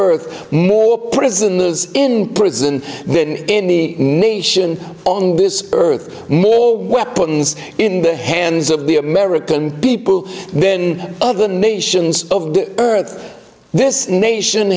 earth more prisoners in prison than in the nation on this earth more weapons in the hands of the american people then other nations of the earth this nation